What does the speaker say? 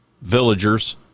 villagers